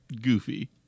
goofy